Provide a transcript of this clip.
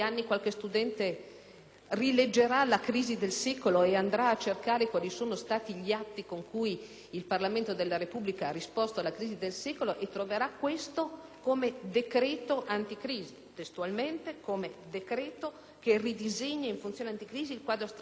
rileggerà la crisi del secolo e, andando a cercare quali sono stati gli atti con cui il Parlamento della Repubblica vi ha risposto, troverà questo come decreto anticrisi - testualmente - «per ridisegnare in funzione anticrisi il quadro strategico nazionale».